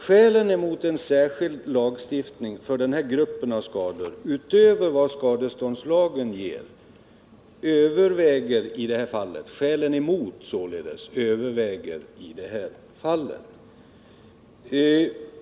Skälen mot en särskild lagstiftning för denna grupp av skador utöver vad skadeståndslagen ger överväger i detta fall.